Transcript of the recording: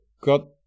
got